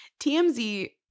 TMZ